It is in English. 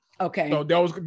Okay